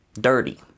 dirty